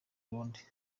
urundi